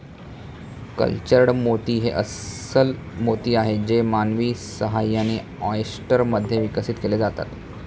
cultured मोती हे अस्स्ल मोती आहेत जे मानवी सहाय्याने, ऑयस्टर मध्ये विकसित केले जातात